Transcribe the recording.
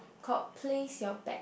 called place your bet